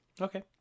Okay